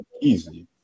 easy